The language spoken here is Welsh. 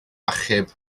achub